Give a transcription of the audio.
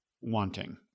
wanting